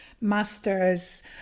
masters